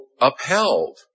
upheld